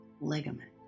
ligament